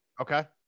Okay